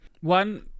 one